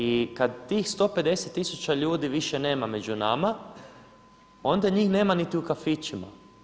I kad tih 150 tisuća ljudi više nema među nama onda njih nema niti u kafićima.